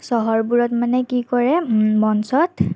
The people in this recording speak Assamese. চহৰবোৰত মানে কি কৰে মঞ্চত